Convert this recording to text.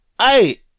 hey